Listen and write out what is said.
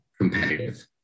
competitive